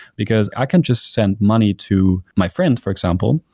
because i can't just send money to my friend, for example,